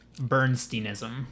Bernsteinism